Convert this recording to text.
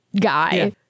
guy